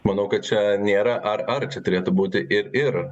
manau kad čia nėra ar ar čia turėtų būti ir ir